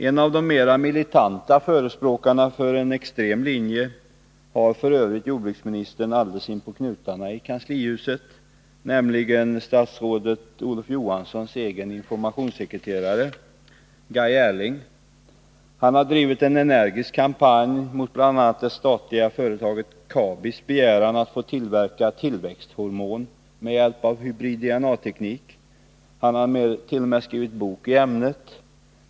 En av de mer militanta förespråkarna för en extrem linje har jordbruksministern alldeles inpå knutarna i kanslihuset, nämligen statsrådet Olof Johanssons egen informationssekreterare Guy Ehrling. Han har drivit en energisk kampanj mot bl.a. det statliga företaget Kabis begäran att få tillverka tillväxthormon med hjälp av hybrid DNA-teknik. Han har t.o.m. skrivit en bok i ämnet.